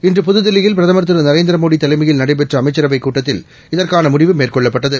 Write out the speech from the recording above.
இன்று புதுதில்லியில் பிரதம் திரு நரேந்திரமோடி தலைமையில் நடைபெற்ற அமைச்சரவைக் கூட்டத்தில் இதற்கான முடிவு மேற்கொள்ளப்பட்டது